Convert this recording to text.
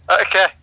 Okay